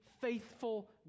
faithful